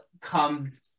come